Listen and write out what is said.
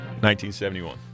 1971